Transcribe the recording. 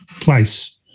place